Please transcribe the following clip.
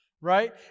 right